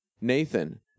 Nathan